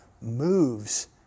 moves